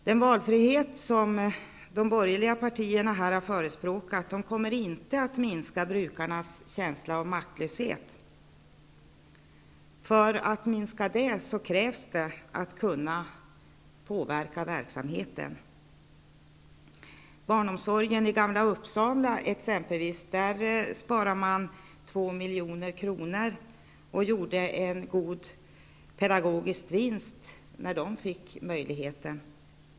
Den valfrihet som de borgerliga partierna har förespråkat kommer inte att minska brukarnas känsla av maktlöshet. För att minska den krävs det att man kan påverka verksamheten. I barnomsorgen i Gamla Uppsala sparade man exempelvis 2 milj.kr. och gjorde en god pedagogisk vinst när man fick den möjligheten.